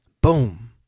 Boom